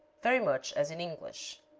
very much as in english.